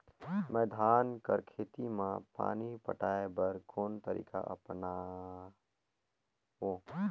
मैं धान कर खेती म पानी पटाय बर कोन तरीका अपनावो?